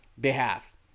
behalf